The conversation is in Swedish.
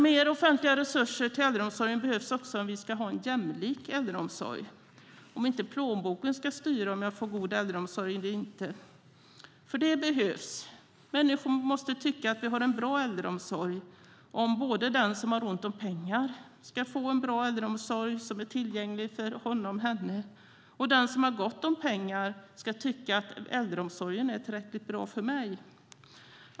Mer offentliga resurser till äldreomsorgen behövs också om vi ska få en jämlik äldreomsorg. Plånboken ska inte styra om jag får tillgång till god äldreomsorg eller inte. Det behövs. Människor måste tycka att vi har en bra äldreomsorg om både den som har ont om pengar ska få en bra och tillgänglig äldreomsorg och den som har gott om pengar ska tycka att äldreomsorgen är tillräckligt bra.